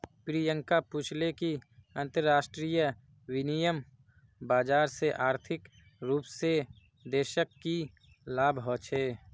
प्रियंका पूछले कि अंतरराष्ट्रीय विनिमय बाजार से आर्थिक रूप से देशक की लाभ ह छे